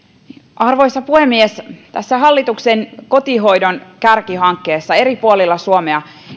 arvoisa puhemies hallituksen kotihoidon kärkihankkeessa eri puolilla suomea